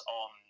on